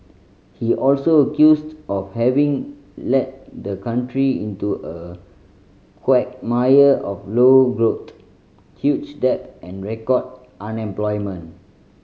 he also accused of having led the country into a quagmire of low growth huge debt and record unemployment